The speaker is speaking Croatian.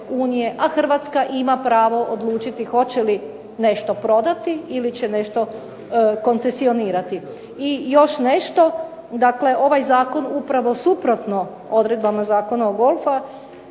a Hrvatska ima pravo odlučiti hoće li nešto prodati ili će nešto koncesionirati. I još nešto, dakle ovaj zakon upravo suprotno odredbama Zakona o golfu